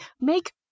make